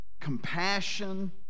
compassion